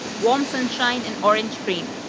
warm sunshine and orange cream.